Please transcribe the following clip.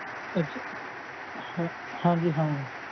ਅੱਛਾ ਹਾਂ ਹਾਂਜੀ ਹਾਂ